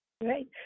Great